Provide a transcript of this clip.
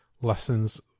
Lessons